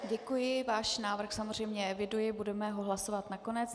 Děkuji, váš návrh samozřejmě eviduji, budeme ho hlasovat nakonec.